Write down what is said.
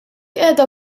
qiegħda